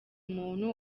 umuntu